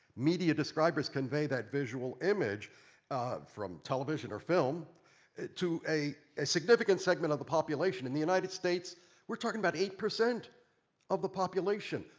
media describers convey that image from television or film to a a significant segment of the population. in the united states we are talking about eight percent of the population.